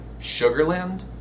Sugarland